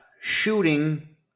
shooting